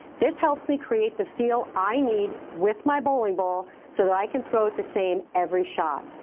this helps me create the feel i need with my bowling ball so that i can throw it the same every shot.